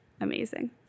Amazing